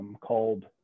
called